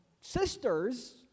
sisters